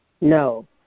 No